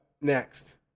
next